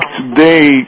today